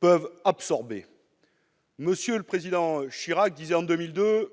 peuvent absorber. M. le président Chirac disait, en 2002,